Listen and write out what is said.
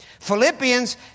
Philippians